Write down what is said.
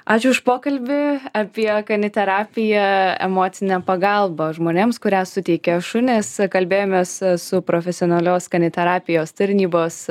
ačiū už pokalbį apie kaniterapiją emocinę pagalbą žmonėms kurią suteikia šunys kalbėjomės su profesionalios kaniterapijos tarnybos